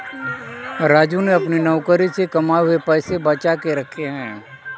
राजू ने अपने नौकरी से कमाए हुए पैसे बचा के रखे हैं